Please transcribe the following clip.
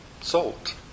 Salt